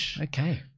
okay